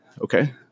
Okay